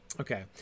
Okay